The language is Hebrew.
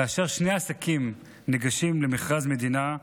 כאשר שני עסקים ניגשים למכרז מדינה,